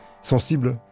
sensible